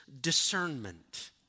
discernment